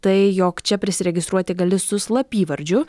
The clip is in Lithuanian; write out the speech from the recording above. tai jog čia prisiregistruoti gali su slapyvardžiu